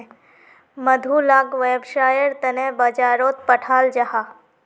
मधु लाक वैव्सायेर तने बाजारोत पठाल जाहा